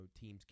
teams